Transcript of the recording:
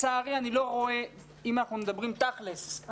לצערי אם אנחנו מדברים תכל'ס,